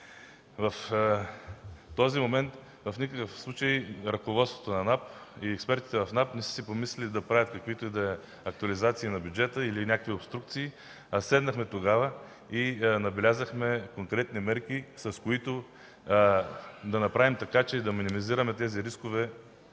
В този момент в никакъв случай ръководството на НАП и експертите на НАП не са си помислили да правят каквито и да е били актуализации на бюджета или някакви обструкции. Тогава седнахме и набелязахме конкретни мерки, с които да направим така, че да минимизираме тези рискове